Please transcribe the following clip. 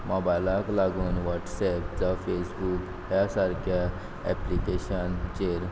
मोबायलाक लागून वॉट्सएप जावं फेसबूक ह्या सारक्या एप्लिकेशन चेर